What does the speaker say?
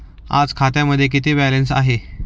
आज खात्यामध्ये किती बॅलन्स आहे?